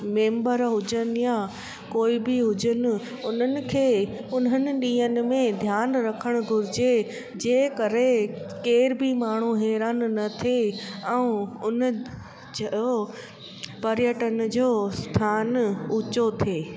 member हुजनि या कोई बि हुजनि उन्हनि खे उन्हनि ॾींहंनि में ध्यानु रखणु घुरिजे जे करे केर बि माण्हू हैरान न थिए ऐं हुन जो पर्यटन जो आस्थानु उचो थिए